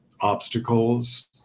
obstacles